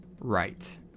right